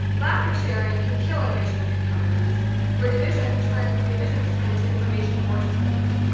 lack of sharing can kill innovation in big companies where divisions turn divisions turn into information fortresses.